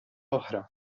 oħra